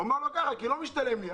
אמר בעל האולם: ככה, כי לא משתלם לי.